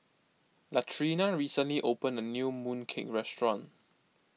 Latrina recently opened a new Mooncake restaurant